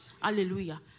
Hallelujah